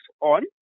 on